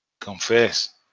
Confess